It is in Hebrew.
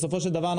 בסופו של דבר,